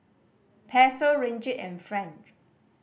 Peso Ringgit and franc